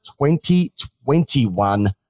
2021